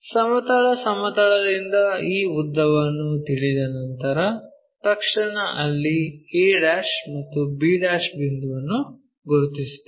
ಸಮತಲ ಸಮತಲದಿಂದ ಈ ಉದ್ದವನ್ನು ತಿಳಿದ ನಂತರ ತಕ್ಷಣ ಅಲ್ಲಿ a ಮತ್ತು b ಬಿಂದುವನ್ನು ಗುರುತಿಸುತ್ತೇವೆ